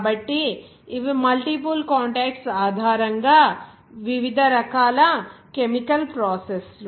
కాబట్టి ఇవి multiple contacts ఆధారంగా వివిధ కెమికల్ ప్రాసెస్ లు